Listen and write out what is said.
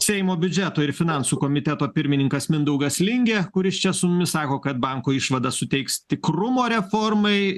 seimo biudžeto ir finansų komiteto pirmininkas mindaugas lingė kuris čia su mumis sako kad banko išvada suteiks tikrumo reformai